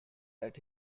that